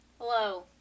Hello